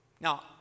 Now